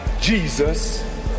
Jesus